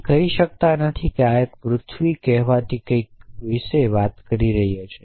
તમે કહી શકતા નથી કે આ એક પૃથ્વી કહેવાતી કંઈક વિશે વાત કરી રહ્યો છે